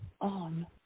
on